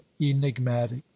enigmatic